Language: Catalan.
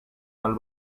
del